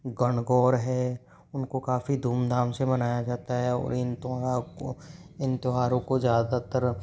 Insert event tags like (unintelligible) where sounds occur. गणगौर है उनको काफ़ी धूमधाम से मनाया जाता है और इन (unintelligible) त्यौहारों को ज़्यादातर